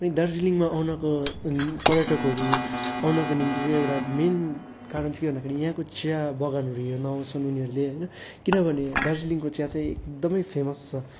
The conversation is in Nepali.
अनि दार्जिलिङमा आउनको पर्यटकहरू आउनको निम्ति चाहिँ एउटा मेन कारण चाहिँ के भन्दाखेरि यहाँको चियाबगानहरू हेर्न आउँछन् उनीहरूले होइन किनभने दार्जिलिङको चिया चाहिँ एकदमै फेमस छ